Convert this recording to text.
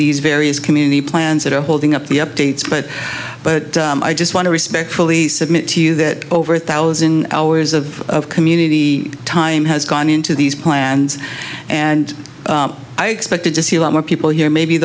these various community plans that are holding up the updates but but i just want to respectfully submit to you that over a thousand hours of community time has gone into these plans and i expected to see a lot more people here maybe